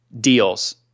Deals